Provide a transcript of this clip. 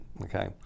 okay